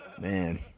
Man